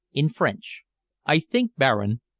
in french i think, baron,